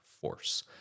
force